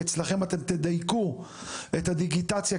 שאצלכם אתם תדייקו את הדיגיטציה,